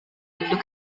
курдук